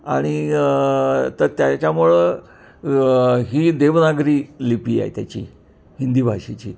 आणि तर त्याच्यामुळं ही देवनागरी लिपी आहे त्याची हिंदी भाषेची